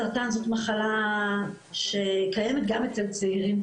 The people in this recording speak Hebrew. סרטן זו מחלה שקיימת גם אצל צעירים,